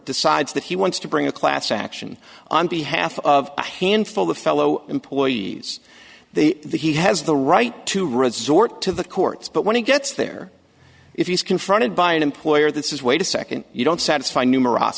decides that he wants to bring a class action on behalf of a handful of fellow employees they the he has the right to resort to the courts but when he gets there if he's confronted by an employer this is wait a second you don't satisfy